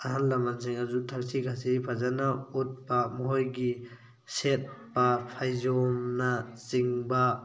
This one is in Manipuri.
ꯑꯍꯜ ꯂꯃꯟꯁꯤꯡ ꯑꯗꯨ ꯊꯛꯁꯤ ꯈꯥꯁꯤ ꯐꯖꯅ ꯎꯠꯄ ꯃꯈꯣꯏꯒꯤ ꯁꯦꯠꯄ ꯐꯩꯖꯣꯝꯅ ꯆꯤꯡꯕ